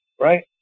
right